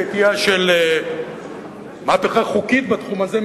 בעטיה של מהפכה חוקית בתחום הזה,